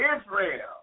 Israel